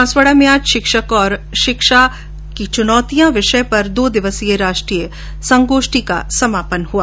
बांसवाड़ा में आज शिक्षक और शिक्षा की चुनौतियां विषय पर दो दिवसीय राष्ट्रीय संगोष्ठी का समापन हुआ